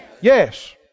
Yes